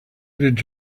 did